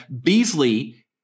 Beasley